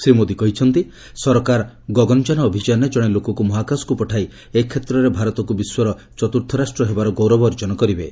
ଶ୍ରୀ ମୋଦି କହିଛନ୍ତି ସରକାର ଗଗନଯାନ ଅଭିଯାନରେ ଜଣେ ଲୋକକ୍ ମହାକାଶକ୍ତ ପଠାଇ ଏକ୍ଷେତ୍ରରେ ଭାରତକୁ ବିଶ୍ୱର ଚତ୍ରୁର୍ଥ ରାଷ୍ଟ୍ର ହେବାର ଗୌରବ ଅର୍ଜନ କରିବେ